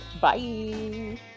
bye